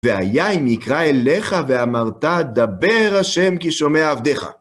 והיה אם יקרא אליך ואמרת, דבר השם, כי שומע עבדיך.